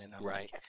Right